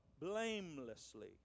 blamelessly